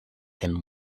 him